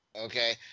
Okay